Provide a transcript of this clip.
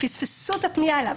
פספסו את הפנייה אליו.